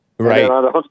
Right